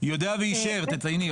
יודע ואישר, תצייני.